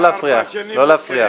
לא להפריע.